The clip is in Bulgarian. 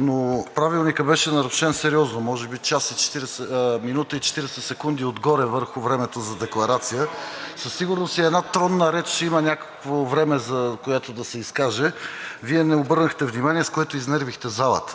но Правилникът беше нарушен сериозно – може би минута и 40 секунди отгоре върху времето за декларация. Със сигурност и една тронна реч има някакво време, за което да се изкаже. Вие не обърнахте внимание, с което изнервихте залата.